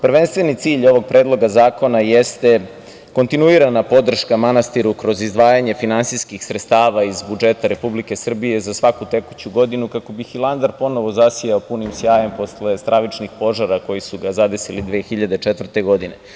Prvenstveni cilj ovog predloga zakona jeste kontinuirana podrška manastiru kroz izdvajanje finansijskih sredstava iz budžeta Republike Srbije za svaku tekuću godinu, kako bi Hilandar ponovo zasijao punim sjajem posle stravičnih požara koji su ga zadesili 2004. godine.